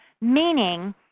meaning